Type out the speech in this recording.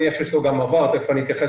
נניח שיש לו גם עבר תכף אני אתייחס